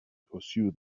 pursue